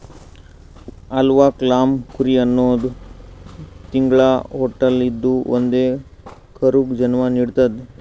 alpaca llama ಕುರಿ ಹನ್ನೊಂದ್ ತಿಂಗ್ಳ ಹೊಟ್ಟಲ್ ಇದ್ದೂ ಒಂದೇ ಕರುಗ್ ಜನ್ಮಾ ನಿಡ್ತದ್